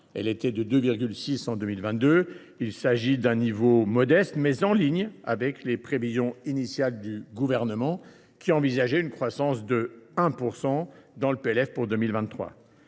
2023 contre 2,6 % en 2022. Il s’agit d’un taux modeste, mais en ligne avec les prévisions initiales du Gouvernement, qui envisageait une croissance de 1 % dans le projet